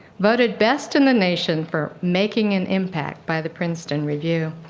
voted best in the nation for making an impact by the princeton review.